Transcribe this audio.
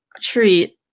treat